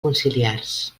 conciliars